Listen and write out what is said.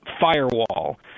firewall